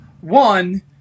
one